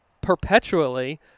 perpetually